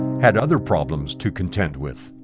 had other problems to contend with.